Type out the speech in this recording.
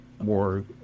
more